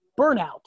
burnout